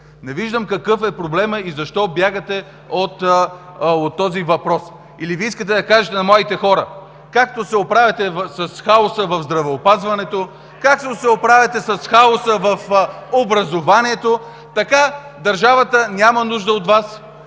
Не виждам какъв е проблемът и защо бягате от този въпрос. Или Вие искате да кажете на младите хора: „Както се оправяте с хаоса в здравеопазването, както се оправяте с хаоса в образованието, така държавата няма нужда от Вас.